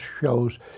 shows